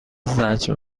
زجر